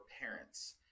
parents